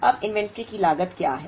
अब इन्वेंट्री की लागत क्या है